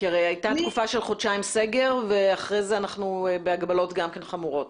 היה סגר לתקופה של חודשיים ואחר כך אנחנו בהגבלות חמורות.